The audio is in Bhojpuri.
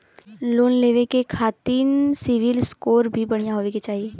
लोन लेवे के खातिन सिविल स्कोर भी बढ़िया होवें के चाही?